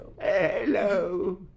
Hello